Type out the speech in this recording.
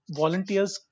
volunteers